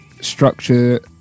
structure